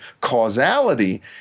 causality